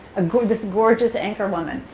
ah gorgeous gorgeous anchorwoman,